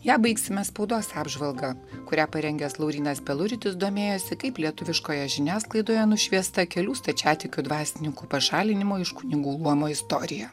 ją baigsime spaudos apžvalga kurią parengęs laurynas peluritis domėjosi kaip lietuviškoje žiniasklaidoje nušviesta kelių stačiatikių dvasininkų pašalinimo iš kunigų luomo istorija